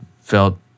felt